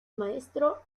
maestro